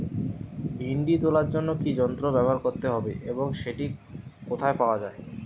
ভিন্ডি তোলার জন্য কি যন্ত্র ব্যবহার করতে হবে এবং সেটি কোথায় পাওয়া যায়?